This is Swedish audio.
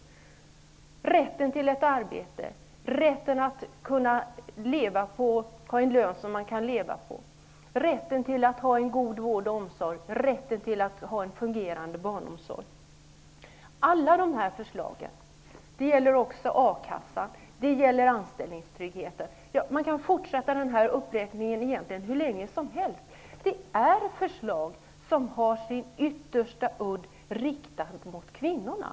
Det gäller rätten till ett arbete, rätten att ha en lön som man kan leva på, rätten till god vård och omsorg och rätten till en fungerande barnomsorg. Det gäller också a-kassan och anställningstryggheten. Man kan egentligen fortsätta hur länge som helst med den här uppräkningen. Det är ett förslag som har sin yttersta udd riktad mot kvinnorna.